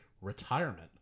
retirement